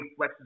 flexes